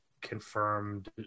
confirmed